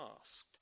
asked